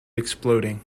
exploding